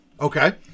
Okay